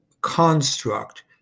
construct